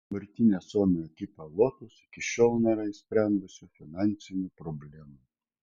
dabartinė suomio ekipa lotus iki šiol nėra išsprendusi finansinių problemų